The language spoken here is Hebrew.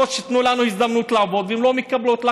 שייתנו להן הזדמנות לעבוד והן לא מקבלות,